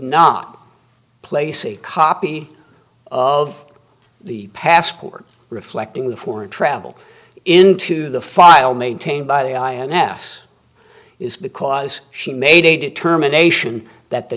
not place a copy of the passport reflecting the foreign travel into the file maintained by the ins is because she made a determination that the